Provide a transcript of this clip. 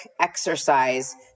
exercise –